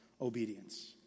obedience